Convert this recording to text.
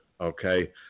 Okay